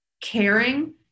caring